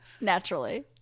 naturally